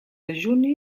dejuni